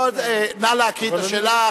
נא להקריא את השאלה,